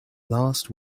last